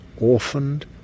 Orphaned